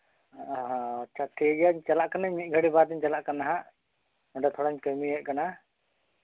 ᱚ ᱟᱪᱪᱷᱟ ᱴᱷᱤᱠ ᱜᱮᱭᱟ ᱪᱟᱞᱟᱜ ᱠᱟᱹᱱᱟᱹᱧ ᱢᱤᱫ ᱜᱷᱟᱹᱲᱤᱡ ᱵᱟᱫᱽ ᱤᱧ ᱪᱟᱞᱟᱜ ᱠᱟᱱᱟ ᱦᱟᱸᱜ ᱱᱚᱰᱮ ᱛᱷᱚᱲᱟᱧ ᱠᱟᱹᱢᱤᱭᱮᱫ ᱠᱟᱱᱟ